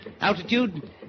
altitude